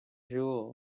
jewels